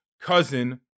cousin